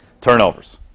turnovers